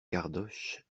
cardoche